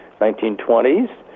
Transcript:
1920s